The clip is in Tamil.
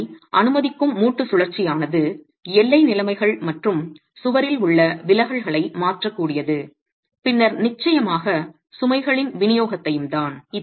தரை அனுமதிக்கும் மூட்டு சுழற்சியானது எல்லை நிலைமைகள் மற்றும் சுவரில் உள்ள விலகல்களை மாற்றக்கூடியது பின்னர் நிச்சயமாக சுமைகளின் விநியோகத்தையும் தான்